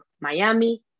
Miami